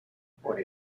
por